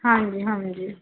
ਹਾਂਜੀ ਹਾਂਜੀ